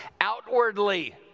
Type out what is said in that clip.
Outwardly